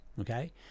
Okay